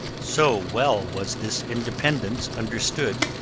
so well was this independence understood,